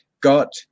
got